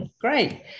great